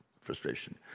frustration